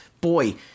Boy